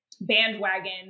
bandwagon